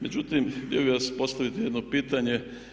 Međutim, htio bih vam postaviti jedno pitanje.